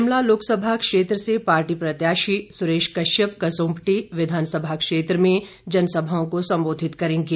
शिमला लोकसभा क्षेत्र से पार्टी प्रत्याशी सुरेश कश्यप कसुम्पटी विधानसभा क्षेत्र में जनसभाओं को संबोधित करेंगे